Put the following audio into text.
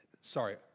sorry